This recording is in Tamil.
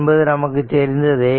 என்பது நமக்கு தெரிந்ததே